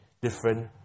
different